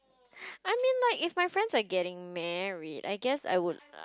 I mean like if my friends are getting married I guess I would